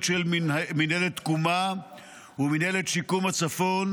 של מינהלת תקומה ומינהלת שיקום הצפון,